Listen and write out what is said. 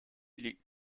liegt